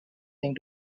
thing